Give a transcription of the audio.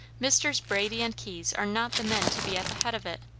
messrs. brady and keyes are not the men to be at the head of it.